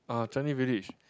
uh Changi Village